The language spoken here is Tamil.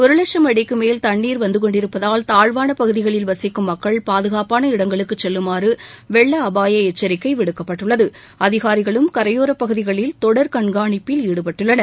ஒரு வட்சம் அடிக்கு மேல் தண்ணீர் வந்துக் கொண்டிருப்பதால் தாழ்வான பகுதிகளில் வசிக்கும் மக்கள் பாதுகாப்பான இடங்களுக்கு செல்லுமாறு வெள்ள அபாய எச்சரிக்கை விடுக்கப்பட்டுள்ளது அதிகாரிகளும் கரையோர் பகுதிகளில் தொடர் கண்காணிப்பில் ஈடுபட்டுள்ளனர்